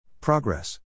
Progress